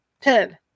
Ten